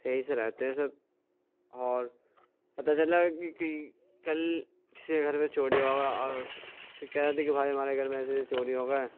صحیح سے رہتے ہیں سب اور پتہ چلا کہ کل کسی کے گھر میں چوری ہو گیا اور پھر کہہ رہے تھے کہ بھائی ہمارے گھر میں ایسے ایسے چوری ہو گئے